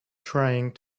trying